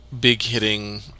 big-hitting